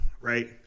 right